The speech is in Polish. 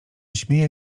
śmieje